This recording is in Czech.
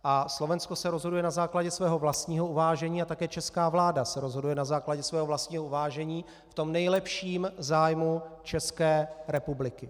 A Slovensko se rozhoduje na základě svého vlastního uvážení a také česká vláda se rozhoduje na základě svého vlastního uvážení v tom nejlepším zájmu České republiky.